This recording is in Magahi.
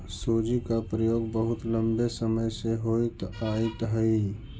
सूजी का प्रयोग बहुत लंबे समय से होइत आयित हई